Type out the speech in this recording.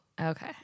Okay